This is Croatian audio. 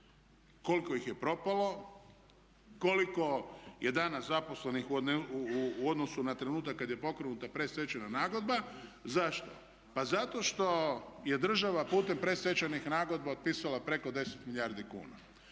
koliko ih je propalo, koliko je danas zaposlenih u odnosu na trenutak kad je pokrenuta predstečajna nagodba, zašto? Pa zato što je država putem predstečajnih nagodba otpisala preko 10 milijardi kuna.